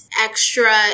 extra